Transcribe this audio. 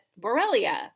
Borrelia